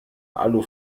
alu